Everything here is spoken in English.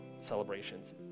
celebrations